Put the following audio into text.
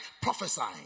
prophesying